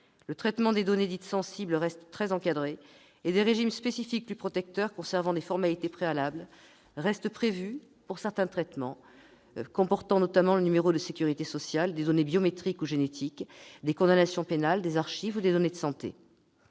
Le traitement des données dites sensibles reste très encadré et des régimes spécifiques plus protecteurs conservant des formalités préalables restent prévus pour certains traitements, notamment ceux qui visent le numéro de sécurité sociale, des données biométriques ou génétiques, des condamnations pénales, des archives ou des données de santé.